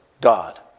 God